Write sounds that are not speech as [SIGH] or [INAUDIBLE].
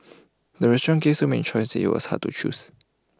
[NOISE] the restaurant gave so many choices IT was hard to choose